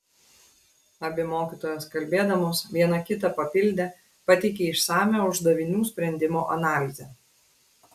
abi mokytojos kalbėdamos viena kitą papildė pateikė išsamią uždavinių sprendimo analizę